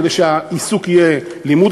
כדי שהעיסוק יהיה לימוד.